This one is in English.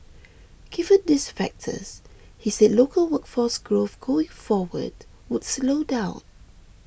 given these factors he said local workforce growth going forward would slow down